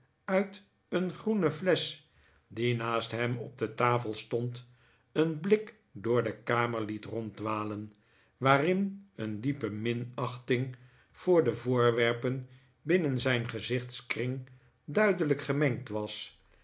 uit een groene flesch die naast hem op de tafel stond een blik door de kamer liet ronddwalen waarin een diepe minachting voor de voorwerpen binnen zijn gezichtskring duidelijk gemengd was